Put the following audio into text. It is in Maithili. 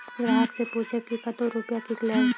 ग्राहक से पूछब की कतो रुपिया किकलेब?